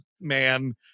man